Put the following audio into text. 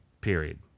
period